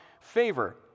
favor